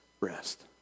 rest